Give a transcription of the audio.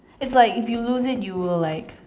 it's like if you lose it you will like